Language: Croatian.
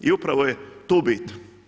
I upravo je tu bit.